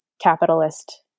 capitalist